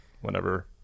whenever